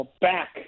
back